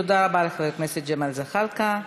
תודה רבה לחבר הכנסת ג'מאל זחאלקה.